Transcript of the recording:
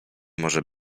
może